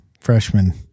freshman